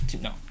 no